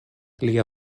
lia